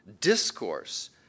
Discourse